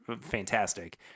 fantastic